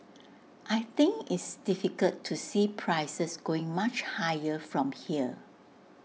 I think it's difficult to see prices going much higher from here